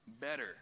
better